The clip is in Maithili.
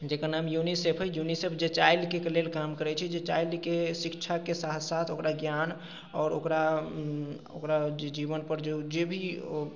जेकर नाम यूनिसेफ हइ यूनिसेफ जे चाइल्डके लेल काम करैत छै जे चाइल्डके शिक्षाके साथ साथ ओकरा ज्ञान आओर ओकरा ओकरा जे जीवन पर जेभी ओ